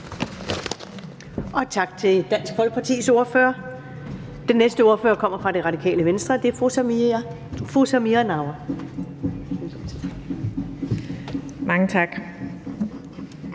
Tak til Dansk Folkepartis ordfører. Den næste ordfører kommer fra Det Radikale Venstre, og det er fru Samira Nawa. Kl.